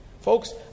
Folks